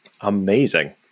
Amazing